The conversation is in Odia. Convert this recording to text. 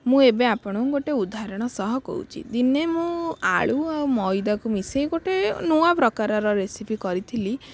ମୁଁ ଏବେ ଆପଣଙ୍କୁ ଗୋଟେ ଉଦାହରଣ ସହ କହୁଛି ଦିନେ ମୁଁ ଆଳୁ ଆଉ ମଇଦାକୁ ମିଶାଇ ଗୋଟେ ନୂଆ ପ୍ରକାରର ରେସିପି କରିଥିଲି